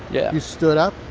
yeah. you stood up?